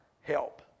help